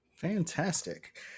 Fantastic